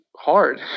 hard